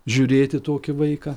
žiūrėt į tokį vaiką